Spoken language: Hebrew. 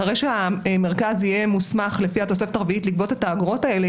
אחרי שהמרכז יהיה מוסמך לפי התוספת הרביעית לגבות את האגרות האלה,